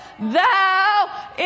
Thou